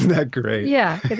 that great? yeah,